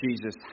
Jesus